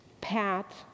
Pat